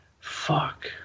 Fuck